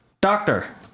Doctor